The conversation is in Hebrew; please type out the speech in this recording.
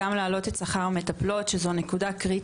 גם להעלות את שכר המטפלות שזו קריטית,